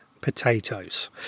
potatoes